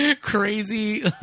Crazy